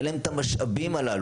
אין להם את המשאבים אללו.